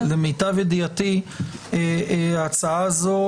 למיטב ידיעתי ההצעה הזאת